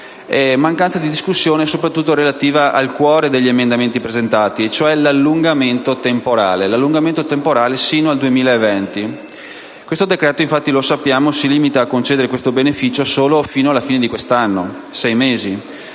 mancanza di discussione soprattutto relativamente al cuore degli emendamenti presentati, cioè l'allungamento temporale del beneficio sino al 2020. Il decreto infatti, come sappiamo, si limita a concedere tale beneficio solo sino alla fine di quest'anno, sei mesi,